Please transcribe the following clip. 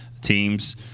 teams